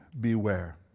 beware